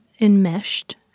enmeshed